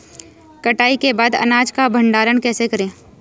कटाई के बाद अनाज का भंडारण कैसे करें?